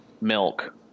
milk